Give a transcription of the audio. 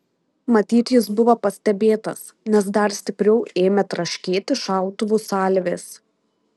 matyt jis buvo pastebėtas nes dar stipriau ėmė traškėti šautuvų salvės